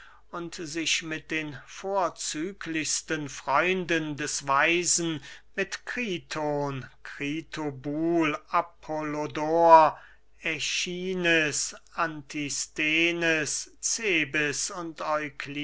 und sich mit den vorzüglichsten freunden des weisen mit kriton kritobul apollodor äschines antisthenes cebes und